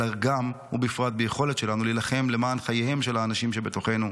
אלא גם ובפרט ביכולת שלנו להילחם למען חייהם של האנשים שבתוכנו.